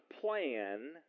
plan